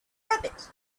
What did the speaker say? rabbit